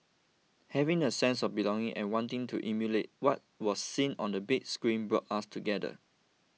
having a sense of belonging and wanting to emulate what was seen on the big screen brought us together